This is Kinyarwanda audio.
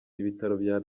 ibitaro